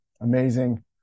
amazing